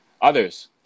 others